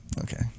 Okay